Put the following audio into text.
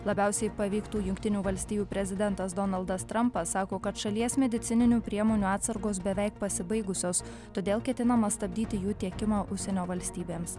labiausiai paveiktų jungtinių valstijų prezidentas donaldas trampas sako kad šalies medicininių priemonių atsargos beveik pasibaigusios todėl ketinama stabdyti jų tiekimą užsienio valstybėms